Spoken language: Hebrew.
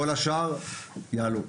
כל השאר יעלו.